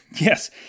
Yes